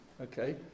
okay